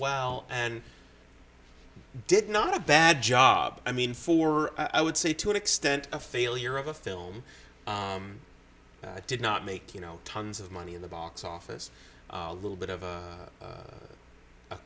well and did not a bad job i mean for i would say to an extent a failure of a film did not make you know tons of money in the box office a little bit of